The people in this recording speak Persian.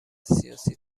سیاسی